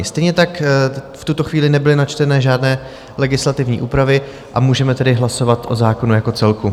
Stejně tak v tuto chvíli nebyly načtené žádné legislativní úpravy, a můžeme tedy hlasovat o zákonu jako celku.